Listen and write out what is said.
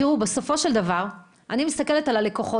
תראו, בסופו של דבר, אני מסתכלת על הלקוחות.